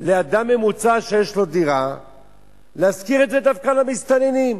לאדם ממוצע שיש לו דירה להשכיר את זה דווקא למסתננים,